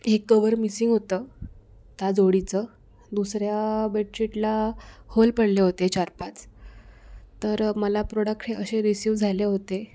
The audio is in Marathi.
एक कवर मिसिंग होतं त्या जोडीचं दुसऱ्या बेडशीटला होल पडले होते चार पाच तर मला प्रोडक्ट हे असे रिसीव झाले होते